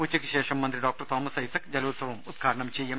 ഉച്ചയ്ക്കുശേഷം മന്ത്രി ഡോക്ടർ തോമസ് ഐസക് ജ ലോത്സവം ഉദ്ഘാടനം ചെയ്യും